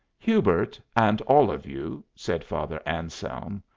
hubert and all of you, said father anselm,